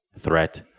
threat